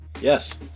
Yes